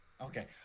okay